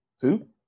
Two